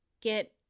get